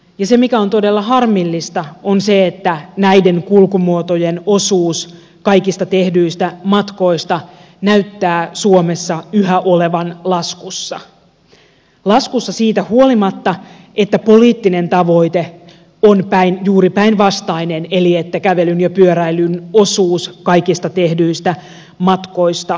se mikä on todella harmillista on se että näiden kulkumuotojen osuus kaikista tehdyistä matkoista näyttää suomessa yhä olevan laskussa siitä huolimatta että poliittinen tavoite on juuri päinvastainen eli se että kävelyn ja pyöräilyn osuus kaikista tehdyistä matkoista nousisi